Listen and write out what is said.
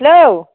hello